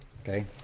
okay